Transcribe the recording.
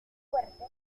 fuerte